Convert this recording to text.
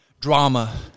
drama